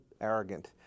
arrogant